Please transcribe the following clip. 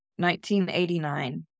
1989